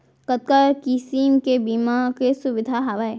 कतका किसिम के बीमा के सुविधा हावे?